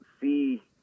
see